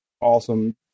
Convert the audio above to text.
awesome